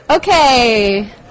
Okay